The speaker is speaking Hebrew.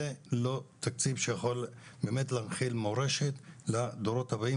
זה לא תקציב שיכול באמת להנחיל מורשת לדורות הבאים